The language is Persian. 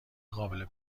قابل